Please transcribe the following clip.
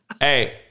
Hey